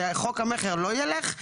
שחוק המכר לא יילך?